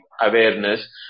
awareness